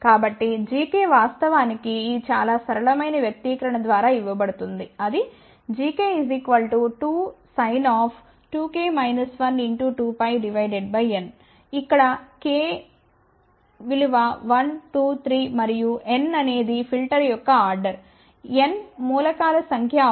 కాబట్టి gk వాస్తవానికి ఈ చాలా సరళమైన వ్యక్తీకరణ ద్వారా ఇవ్వబడుతుంది అది gk 2 2n ఇక్కడ k 1 2 3 మరియు n అనేది ఫిల్టర్ యొక్కఆర్డర్ n మూలకాల సంఖ్య అవుతుంది